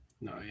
No